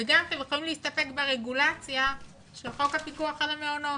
וגם כן יכולים להסתפק ברגולציה של חוק הפיקוח על המעונות.